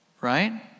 right